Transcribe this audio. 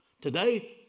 Today